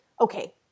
Okay